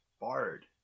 bard